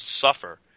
suffer